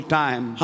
time